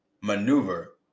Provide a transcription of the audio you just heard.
maneuver